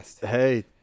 hey